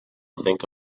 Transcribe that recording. think